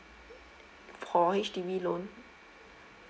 for H_D_B loan